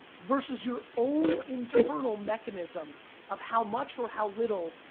versus your own internal mechanism of how much or how little,